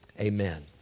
amen